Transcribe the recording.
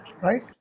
right